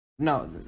No